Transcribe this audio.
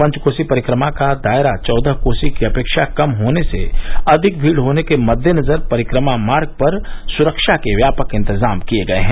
पंचकोसी परिक्रमा का दायरा चौदह कोसी की अपेक्षा कम होने से अधिक भीड़ होने के मद्देनजर परिक्रमा मार्ग पर सुरक्षा के व्यापक इंतजाम किए गए हैं